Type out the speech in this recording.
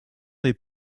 des